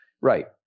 Right